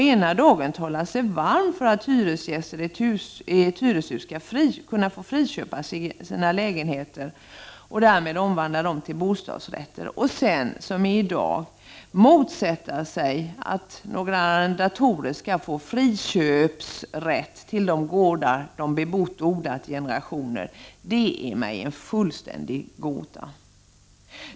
Ena dagen talar de sig varma för att hyresgäster i hyreshus skall kunna friköpa sina lägenheter och omvandla dem till bostadsrätter, för att sedan, som i dag, motsätta sig att några arrendatorer skall få rätten att friköpa de gårdar de bebott och odlat i generationer. Detta är mig en fullständig gåta.